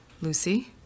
Lucy